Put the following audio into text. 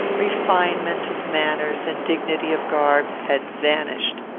refinement of manners, and dignity of garb, had vanished.